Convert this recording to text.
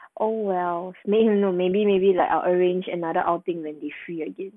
oh well may~ maybe maybe like I'll arrange another outing when they see again